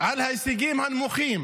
דיון על ההישגים הנמוכים